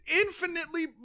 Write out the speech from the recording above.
infinitely